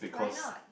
why not